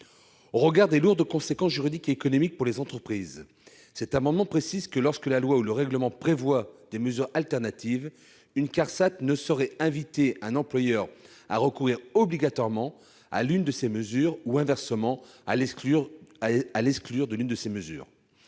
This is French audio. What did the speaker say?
Au regard des lourdes conséquences juridiques et économiques pour les entreprises, cet amendement tend à préciser que, lorsque la loi ou le règlement prévoit des mesures alternatives, une CARSAT ne saurait « inviter » un employeur à recourir obligatoirement à l'une de ces mesures ou, inversement, à exclure l'une de ces mesures.